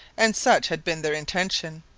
and such had been their intention.